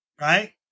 right